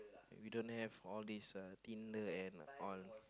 we don't have all these uh Tinder and all